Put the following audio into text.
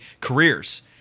careers